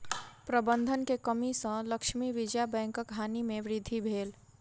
प्रबंधन के कमी सॅ लक्ष्मी विजया बैंकक हानि में वृद्धि भेल